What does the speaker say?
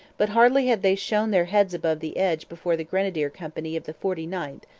but hardly had they shown their heads above the edge before the grenadier company of the forty ninth,